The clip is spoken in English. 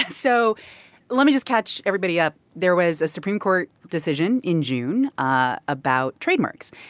so let me just catch everybody up. there was a supreme court decision in june ah about trademarks.